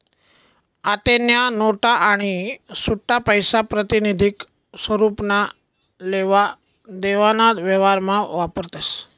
आत्तेन्या नोटा आणि सुट्टापैसा प्रातिनिधिक स्वरुपमा लेवा देवाना व्यवहारमा वापरतस